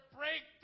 break